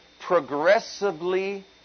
Progressively